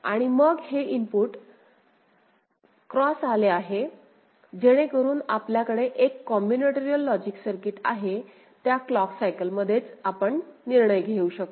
आणि मग हे इनपुट x आले आहे जेणेकरून आपल्याकडे एक कॉम्बिनाटोरिअल लॉजिक सर्किट आहे त्या क्लॉक सायकलमध्येच आपण निर्णय घेऊ शकतो